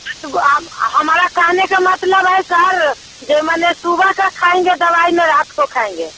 तो आप हमारा कहने का मतलब है सर जो माने सुबह का खाएँगे दवाई ना रात को खाएँगे